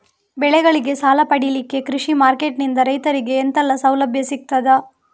ಬೆಳೆಗಳಿಗೆ ಸಾಲ ಪಡಿಲಿಕ್ಕೆ ಕೃಷಿ ಮಾರ್ಕೆಟ್ ನಿಂದ ರೈತರಿಗೆ ಎಂತೆಲ್ಲ ಸೌಲಭ್ಯ ಸಿಗ್ತದ?